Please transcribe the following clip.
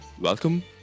Welcome